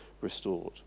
restored